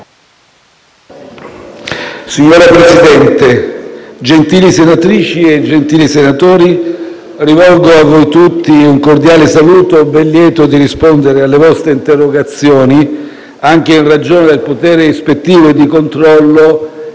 Signor Presidente, gentili senatrici e gentili senatori, rivolgo a voi tutti un cordiale saluto, ben lieto di rispondere alle vostre interrogazioni, anche in ragione del potere ispettivo e di controllo